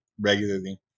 regularly